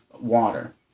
water